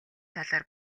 талаар